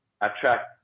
attract